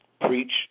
preach